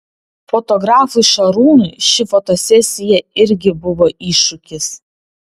fotografui šarūnui ši fotosesija irgi buvo iššūkis